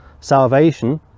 salvation